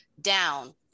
down